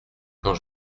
quand